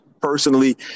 personally